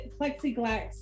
plexiglass